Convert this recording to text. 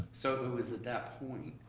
so it was at that point,